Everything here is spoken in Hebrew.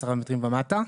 10 מטרים ומטה.